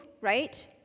right